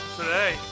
today